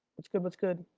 what's good, what's good?